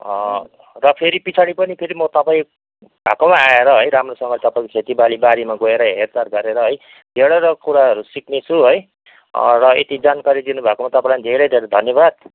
र फेरि पछाडि पनि फेरि म तपाईँ भएकोमा आएर राम्रोसँग तपाईँको खेतीबालीमा बारीमा गएर हेरचार गरेर है धेरैवटा कुराहरू सिक्नेछु है र यति जानकारी दिनुभएकोमा तपाईँलाई धेरै धेरै धन्यवाद